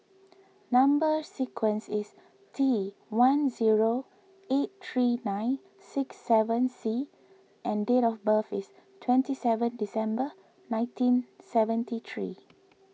Number Sequence is T one zero eight three nine six seven C and date of birth is twenty seven December nineteen seventy three